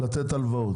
לתת הלוואות.